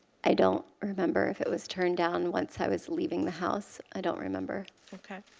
i don't remember if it was turned down once i was leaving the house. i don't remember. okay.